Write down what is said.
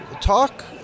Talk